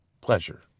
pleasure